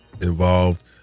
involved